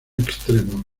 extremo